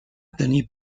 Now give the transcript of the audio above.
tenir